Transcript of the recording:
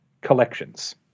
Collections